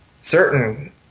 certain